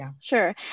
sure